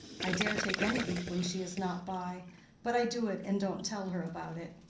i dare take any leap when she is not by but i do it and don't tell her about it.